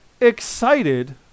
excited